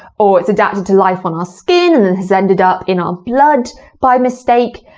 or it's adapted to life on our skin and then has ended up in our blood by mistake,